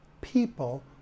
people